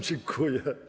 Dziękuję.